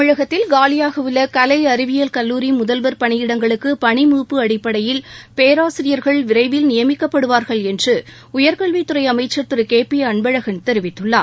தமிழகத்தில் காலியாக உள்ள கலை அறிவியல் கல்லூரி முதல்வர் பணியிடங்களுக்கு பணி மூப்பு அடிப்படையில் பேராசிரியர்கள் வரைவில் நியமிக்கப்படுவார்கள் என்று உயர்கல்வித்துறை அமைச்சர் திரு கே பி அன்பழகன் தெரிவித்தார்